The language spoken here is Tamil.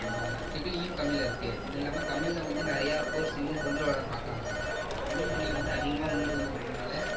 ட்ரிபிள் இயும் தமிழில் இருக்குது இது இல்லாமல் தமிழில் வந்து நிறையா கோர்ஸ் இன்னும் கொண்டு வர பார்க்குறாங்க தமிழ் மொழி வந்து அதிகமாக முன்னுரிமை கொடுக்கறனால